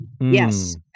yes